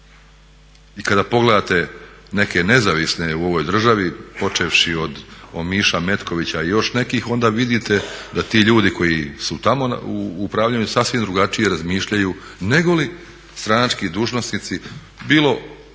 I kada pogledate neke nezavisne u ovoj državi, počevši od Omiša, Metkovića i još nekih, onda vidite da ti ljudi koji su tamo u upravljanju sasvim drugačije razmišljaju negoli stranački dužnosnici, bilo pozicije,